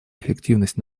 эффективность